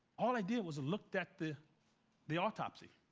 all i did was look at the the autopsy.